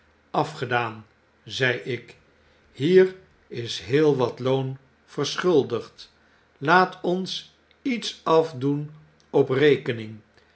afgedaan zei ik hier is heel wat loon verschuldigd laat ons iets afdoen op rekening